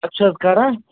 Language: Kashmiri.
اتھ چھِ حظ کَران